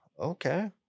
okay